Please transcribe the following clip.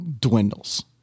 dwindles